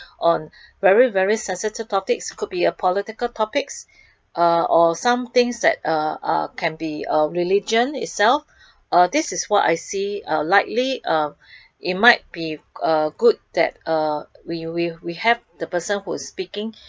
on very very sensitive topics could be a political topics uh or some things that uh uh can be religion itself uh this is what I see likely uh it might be uh good that uh we we we have the person who is speaking